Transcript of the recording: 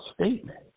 statement